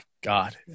God